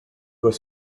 doit